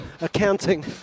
accounting